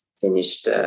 finished